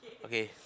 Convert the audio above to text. okay